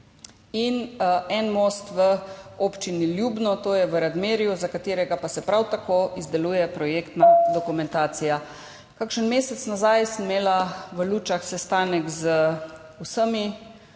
In en most v Občini Ljubno, to je v Radmirju, za katerega pa se prav tako izdeluje projektna dokumentacija. Kakšen mesec nazaj sem imela v Lučah sestanek z vsemi